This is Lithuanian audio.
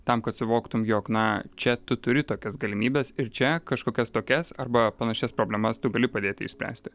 tam kad suvoktum jog na čia tu turi tokias galimybes ir čia kažkokias tokias arba panašias problemas tu gali padėti išspręsti